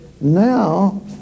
Now